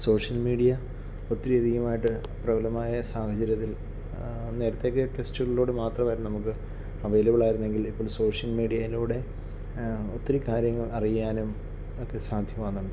social media ഒത്തിരി അധികമായിട്ട് പ്രബലമായ സാഹചര്യത്തിൽ നേരത്തെയൊക്കെ ടെസ്റ്റുകളിലൂടെ മാത്രമായിരുന്നു നമുക്ക് അവൈലബിൾ ആയിരുന്നെങ്കിൽ ഇപ്പോൾ സോഷ്യൽ മീഡിയയിലൂടെ ഒത്തിരി കാര്യങ്ങൾ അറിയാനും ഒക്കെ സാധ്യമാവുന്നുണ്ട്